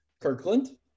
Kirkland